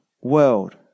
world